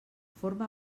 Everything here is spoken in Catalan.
forme